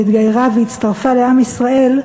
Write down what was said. והתגיירה והצטרפה לעם ישראל,